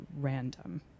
random